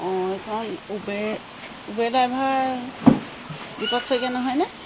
অঁ এইখন Uber Uber driver Dipak Saikia নহয়নে